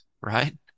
right